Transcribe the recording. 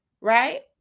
right